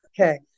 Okay